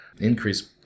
increase